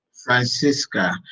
francisca